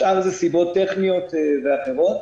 השאר זה סיבות טכניות ואחרות.